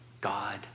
God